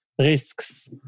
risks